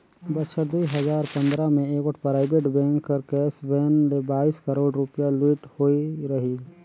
बछर दुई हजार पंदरा में एगोट पराइबेट बेंक कर कैस वैन ले बाइस करोड़ रूपिया लूइट होई रहिन